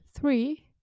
three